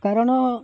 କାରଣ